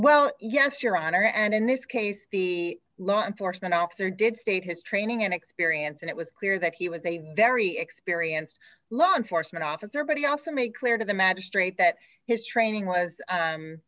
well yes your honor and in this case the law enforcement officer did state his training and experience and it was clear that he was a very experienced law enforcement officer but he also made clear to the magistrate that his training was